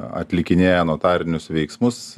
atlikinėja notarinius veiksmus